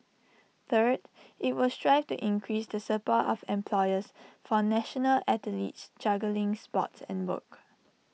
third IT will strive to increase the support of employers for national athletes juggling sports and work